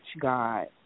God